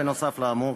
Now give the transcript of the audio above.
בנוסף לאמור,